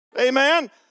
Amen